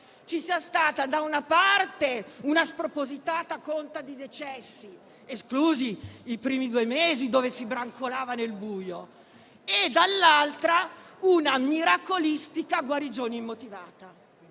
ci sia stata da una parte una spropositata conta di decessi (esclusi i primi due mesi, quando si brancolava nel buio) e dall'altra una miracolistica guarigione immotivata.